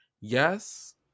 Yes